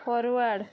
forward